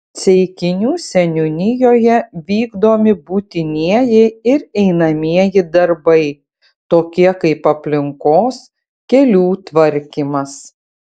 ceikinių seniūnijoje vykdomi būtinieji ir einamieji darbai tokie kaip aplinkos kelių tvarkymas